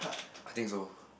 I think so